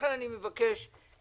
לכן אני מבקש מכם,